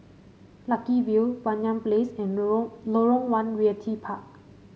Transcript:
Lucky View Banyan Place and Lorong Lorong One Realty Park